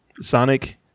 Sonic